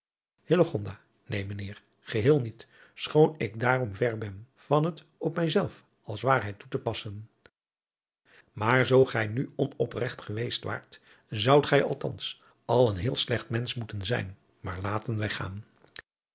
mijn heer geheel niet schoon ik daarom ver ben van het op mijzelve als waarheid toe te passen maar zoo gij nu onopregt geweest waart zoudt gij althans al een heel slecht mensch moeten zijn maar laten